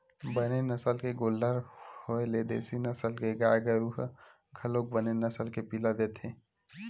बने नसल के गोल्लर होय ले देसी नसल के गाय गरु ह घलोक बने नसल के पिला देथे